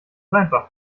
einfach